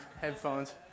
headphones